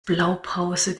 blaupause